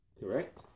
Correct